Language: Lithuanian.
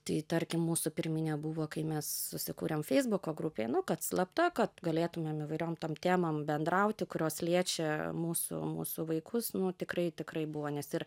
tai tarkim mūsų pirminė buvo kai mes susikūrėm feisbuko grupėj nu kad slapta kad galėtumėm įvairiom tom temom bendrauti kurios liečia mūsų mūsų vaikus nu tikrai tikrai buvo nes ir